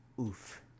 Oof